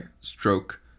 stroke